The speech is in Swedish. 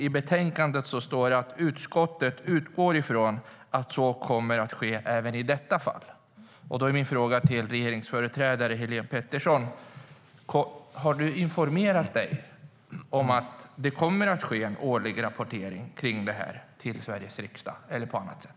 I betänkandet står det att utskottet utgår från att så kommer att ske även i detta fall. Då har jag en fråga till regeringsföreträdaren Helene Petersson. Har du informerat dig om att det kommer att ske en årlig rapportering till Sveriges riksdag - eller på annat sätt?